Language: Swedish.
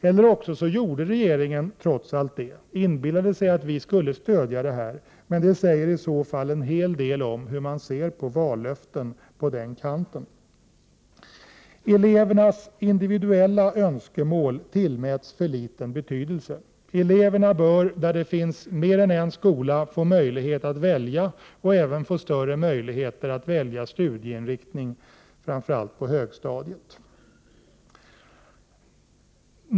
Eller också gjorde regeringen trots allt det — inbillade sig att vi skulle stödja det — men det säger i så fall en hel del om hur man ser på vallöften på den kanten. = Elevernas individuella önskemål tillmäts för liten betydelse. Eleverna bör där det finns mer än en skola få möjlighet att välja och även få större möjligheter att välja studieinriktning framför allt på högstadiet.